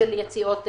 כאלו.